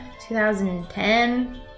2010